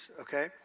okay